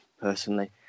personally